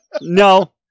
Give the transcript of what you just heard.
No